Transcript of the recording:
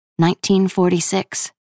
1946